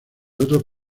otros